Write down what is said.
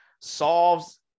solves